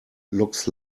looks